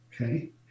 Okay